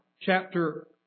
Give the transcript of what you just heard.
chapter